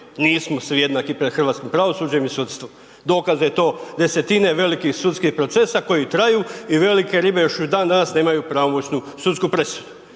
Nismo svi jednaki pred hrvatskim pravosuđem i sudstvom, dokaz da je to desetine velikih sudskih procesa koji traju i velike ribe još i dan danas nemaju pravomoćnu sudsku presudu.